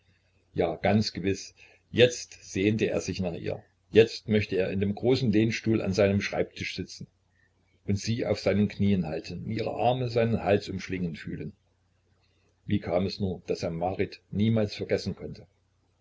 ja ganz gewiß jetzt sehnte er sich nach ihr jetzt möchte er in dem großen lehnstuhl an seinem schreibtisch sitzen und sie auf seinen knien halten und ihre arme seinen hals umschlingen fühlen wie kam es nur daß er marit niemals vergessen konnte